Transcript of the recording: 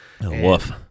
Woof